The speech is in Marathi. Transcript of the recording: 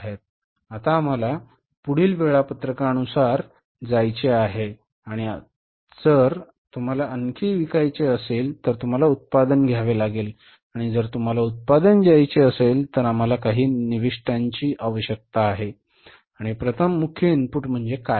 आता आम्हाला पुढील वेळापत्रकानुसार जायचे आहे आणि आता जर तुम्हाला आणखी विकायचे असेल तर तुम्हाला उत्पादन घ्यावे लागेल आणि तुम्हाला जर उत्पादन द्यायचे असेल तर आम्हाला काही निविष्ठांची आवश्यकता आहे आणि प्रथम मुख्य इनपुट म्हणजे काय